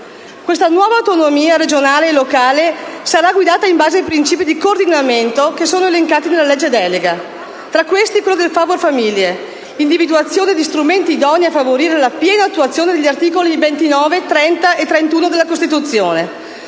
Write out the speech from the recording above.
Questa nuova autonomia regionale e locale sarà guidata in base ai principi di coordinamento che sono elencati nella legge delega. Tra questi, quello del *favor familiae*: «individuazione di strumenti idonei a favorire la piena attuazione degli articoli 29, 30 e 31 della Costituzione,